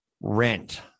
rent